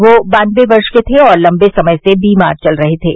वे बान्नबे वर्ष के थे और लम्बे समय से बीमार थे